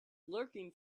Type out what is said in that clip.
lurking